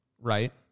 Right